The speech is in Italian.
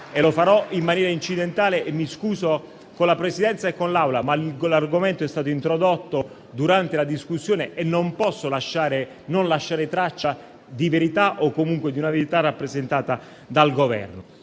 e lo farò in maniera incidentale: me ne scuso con la Presidenza e con l'Assemblea, ma l'argomento è stato introdotto durante la discussione e non posso non lasciare traccia di una verità rappresentata dal Governo.